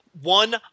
one